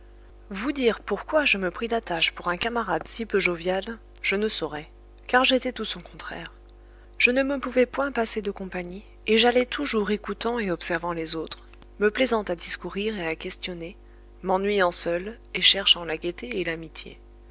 vous dire pourquoi je me pris d'attache pour un camarade si peu jovial je ne saurais car j'étais tout son contraire je ne me pouvais point passer de compagnie et j'allais toujours écoutant et observant les autres me plaisant à discourir et à questionner m'ennuyant seul et cherchant la gaieté et l'amitié